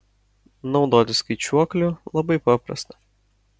naudotis skaičiuokliu labai paprasta